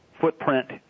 footprint